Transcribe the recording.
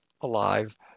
alive